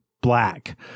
Black